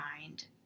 mind